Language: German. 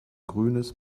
grünes